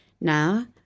Now